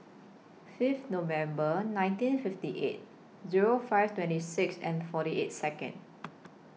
Fifth November nineteen fifty eight Zero five twenty six and forty eight Second